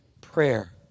prayer